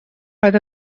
roedd